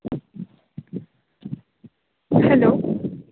hello